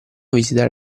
visitare